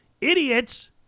idiots